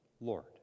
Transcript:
Lord